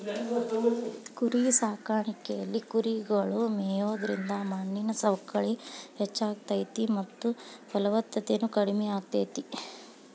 ಕುರಿಸಾಕಾಣಿಕೆಯಲ್ಲಿ ಕುರಿಗಳು ಮೇಯೋದ್ರಿಂದ ಮಣ್ಣಿನ ಸವಕಳಿ ಹೆಚ್ಚಾಗ್ತೇತಿ ಮತ್ತ ಫಲವತ್ತತೆನು ಕಡಿಮೆ ಆಗ್ತೇತಿ